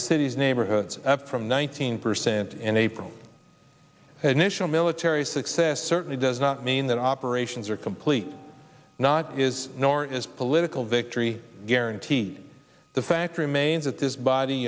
the city's neighborhoods up from nineteen percent in april a national military success certainly does not mean that operations are complete not is nor is political victory guaranteed the fact remains that this body